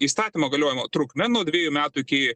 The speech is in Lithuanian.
įstatymo galiojimo trukmę nuo dvejų metų iki